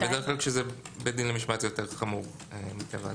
כי בדרך כלל כשזה בית דין למשמעת זה יותר חמור מטבע הדברים.